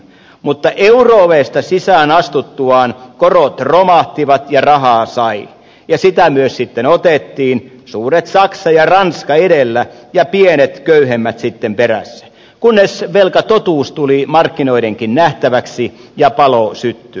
mutta euro ovesta sisään astuttuaan korot romahtivat ja rahaa sai ja sitä myös sitten otettiin suuret saksa ja ranska edellä ja pienet köyhemmät sitten perässä kunnes velkatotuus tuli markkinoidenkin nähtäväksi ja palo syttyi